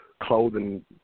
clothing